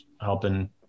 helping